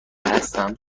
هستم